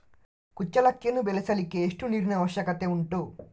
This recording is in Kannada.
ಕುಚ್ಚಲಕ್ಕಿಯನ್ನು ಬೆಳೆಸಲಿಕ್ಕೆ ಎಷ್ಟು ನೀರಿನ ಅವಶ್ಯಕತೆ ಉಂಟು?